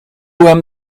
hem